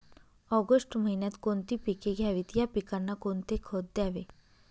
August महिन्यात कोणती पिके घ्यावीत? या पिकांना कोणते खत द्यावे?